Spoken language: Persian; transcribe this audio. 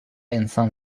انسان